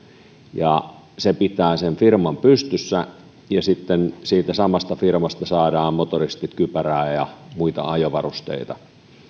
ja se pitää sen firman pystyssä ja sitten siitä samasta firmasta saavat motoristit kypärää ja muita ajovarusteita